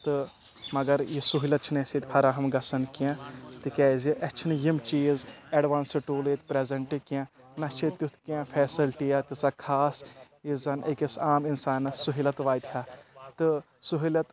تہٕ مگر یہِ سہوٗلیت چھِنہٕ اَسِہ ییٚتہِ فراہم گژھان کینٛہہ تِکیازِ اَسِہ چھِنہٕ یِم چیٖز اٮ۪ڈوانسٕڈ ٹوٗل ییٚتہِ پرٛیزَنٛٹ کینٛہہ نہ چھِ تیُٚتھ کینٛہہ فیسَلٹی تیٖژاہ خاص یُس زَن أکِس عام اِنسانَس سہوٗلیت واتہِ ہا تہٕ سہوٗلیت